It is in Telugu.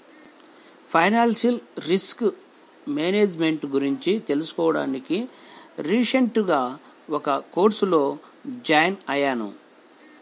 ఫైనాన్షియల్ రిస్క్ మేనేజ్ మెంట్ గురించి తెలుసుకోడానికి రీసెంట్ గా ఒక కోర్సులో జాయిన్ అయ్యాను